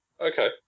Okay